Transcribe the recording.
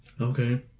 Okay